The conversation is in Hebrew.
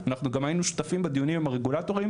וגם היינו שותפים בדיונים עם הרגולטורים